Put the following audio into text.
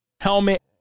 helmet